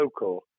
local